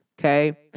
Okay